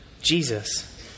Jesus